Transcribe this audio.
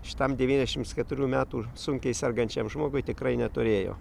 šitam devyniasdešims keturių metų sunkiai sergančiam žmogui tikrai neturėjo